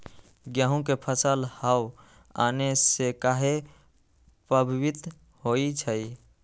गेंहू के फसल हव आने से काहे पभवित होई छई?